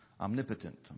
omnipotent